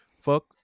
Fuck